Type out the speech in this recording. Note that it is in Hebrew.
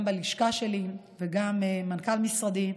גם בלשכה שלי, וגם מנכ"ל משרדי,